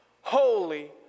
Holy